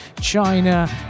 China